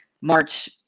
March